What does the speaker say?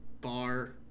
bar